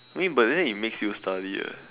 I mean but then it makes you study eh